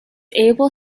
able